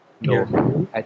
No